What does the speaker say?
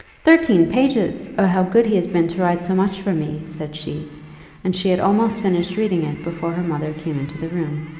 thirteen pages! oh, how good he has been to write so much for me! said she and she had almost finished reading it before her mother came into the room.